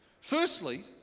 Firstly